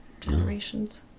generations